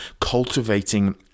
cultivating